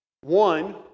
One